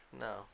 No